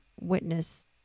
witness